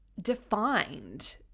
defined